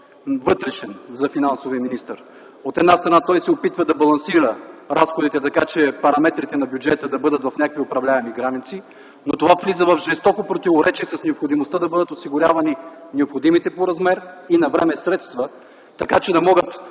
конфликт за финансовия министър. От една страна, той се опитва да балансира разходите, така че параметрите на бюджета да бъдат в някакви управляеми граници, но това влиза в жестоко противоречие с необходимостта да бъдат осигурявани необходимите по размер и навреме средства, така че да могат